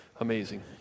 amazing